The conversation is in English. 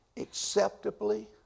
acceptably